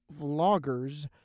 vloggers